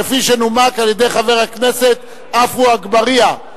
כפי שנומקה על-ידי חבר הכנסת עפו אגבאריה.